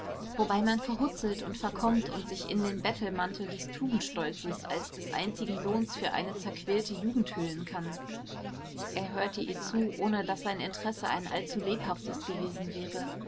wobei man verhutzelt und verkommt und sich in den bettelmantel des tugendstolzes als des einzigen lohns für eine zerquälte jugend hüllen kann er hörte ihr zu ohne daß sein interesse ein allzu lebhaftes gewesen wäre